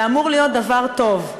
זה אמור להיות דבר טוב.